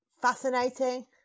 fascinating